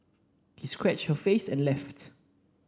he scratched her face and left